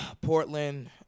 Portland